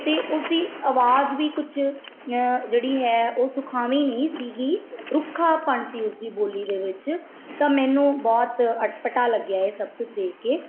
ਅਤੇ ਉਸਦੀ ਆਵਾਜ਼ ਵੀ ਕੁਛ ਜਿਹੜੀ ਹੈ ਉਹ ਸੁਖਾਵੀ ਨਹੀਂ ਸੀਗੀ ਰੁੱਖਾਪਣ ਸੀ ਉਸਦੀ ਬੋਲੀ ਦੇ ਵਿੱਚ ਤਾਂ ਮੈਨੂੰ ਬਹੁਤ ਅਟਪਟਾ ਲੱਗਿਆ ਇਹ ਸਭ ਕੁਛ ਦੇਖ ਕੇ